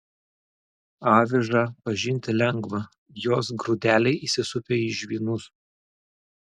avižą pažinti lengva jos grūdeliai įsisupę į žvynus